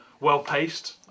well-paced